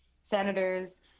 senators